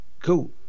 cool